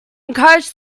encouraged